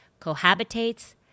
cohabitates